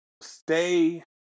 stay